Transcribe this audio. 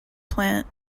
plant